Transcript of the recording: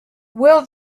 will